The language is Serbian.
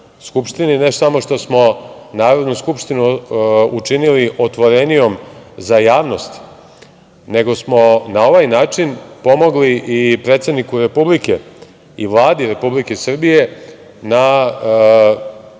ne samo što smo Narodnu skupštinu učinili otvorenijom za javnost, nego smo na ovaj način pomogli i predsedniku Republike i Vladi Republike Srbije na